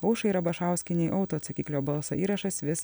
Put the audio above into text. aušrai rabašauskienei autoatsakiklio balso įrašas vis